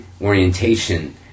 orientation